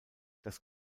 das